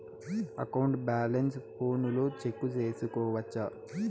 account balance ఫోనులో check సేసుకోవచ్చా